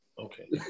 Okay